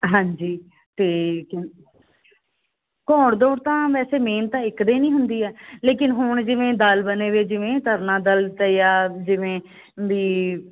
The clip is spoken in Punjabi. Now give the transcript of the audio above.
ਹਾਂਜੀ ਅਤੇ ਕਿਵ ਘੌੜ ਦੌੜ ਤਾਂ ਵੈਸੇ ਮੇਨ ਤਾਂ ਇੱਕ ਦਿਨ ਹੀ ਹੁੰਦੀ ਹੈ ਲੇਕਿਨ ਹੁਣ ਜਿਵੇਂ ਦੱਲ ਬਣੇ ਵੇ ਜਿਵੇਂ ਧਰਨਾ ਦੱਲ ਅਤੇ ਆ ਜਿਵੇਂ ਬਈ